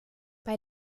bei